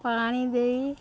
ପାଣି ଦେଇ